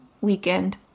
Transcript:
weekend